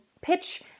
pitch